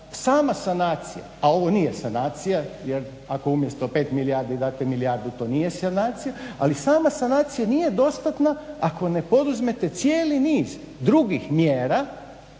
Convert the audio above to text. sama sanacija, a ovo nije sanacija jer ako umjesto 5 milijardi date milijardu to nije sanacija, ali sama sanacija nije dostatna ako ne poduzmete cijeli niz drugih mjera